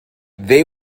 they